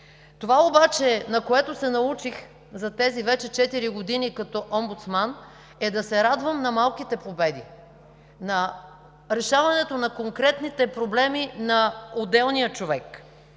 Това обаче, на което се научих за тези вече четири години като омбудсман, е да се радвам на малките победи, на решаването на конкретните проблеми на отделния човек